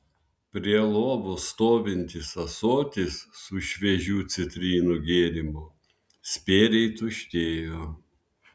prie lovos stovintis ąsotis su šviežiu citrinų gėrimu spėriai tuštėjo